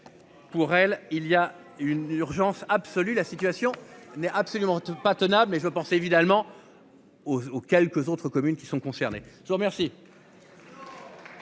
Pour elle, il y a une urgence absolue, la situation n'est absolument pas tenable. Mais je pense évidemment. Aux quelques autres communes qui sont concernées. Je vous remercie.